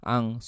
Ang